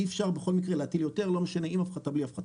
אי אפשר בכל מקרה להטיל יותר לא משנה אם הפחתה או בלי הפחתה.